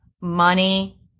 money